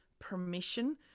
permission